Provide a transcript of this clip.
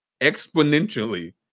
exponentially